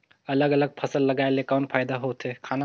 अलग अलग फसल लगाय ले कौन फायदा होथे?